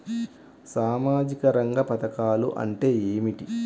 సామాజిక రంగ పధకాలు అంటే ఏమిటీ?